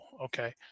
okay